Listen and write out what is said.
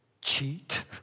cheat